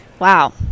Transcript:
Wow